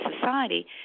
society